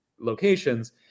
locations